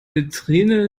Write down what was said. vitrine